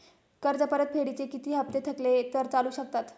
कर्ज परतफेडीचे किती हप्ते थकले तर चालू शकतात?